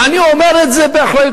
ואני אומר את זה באחריות.